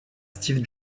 steve